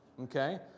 okay